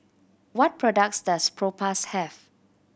what products does Propass have